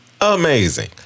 amazing